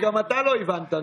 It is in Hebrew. שקל אחד לא הועבר.